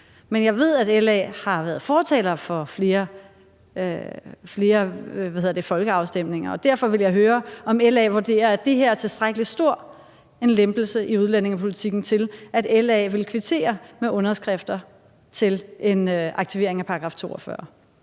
Men jeg ved, at LA har været fortalere for flere folkeafstemninger, og derfor vil jeg høre, om LA vurderer, at det her er en tilstrækkelig stor lempelse af udlændingepolitikken, til at LA vil kvittere med underskrifter til en aktivering af § 42.